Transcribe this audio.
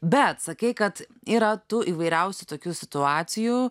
bet sakei kad yra tų įvairiausių tokių situacijų